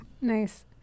Nice